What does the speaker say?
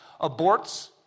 aborts